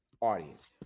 audience